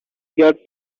got